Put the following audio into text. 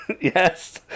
Yes